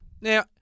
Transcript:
Now